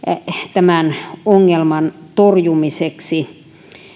tämän ongelman torjumiseksi